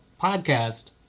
podcast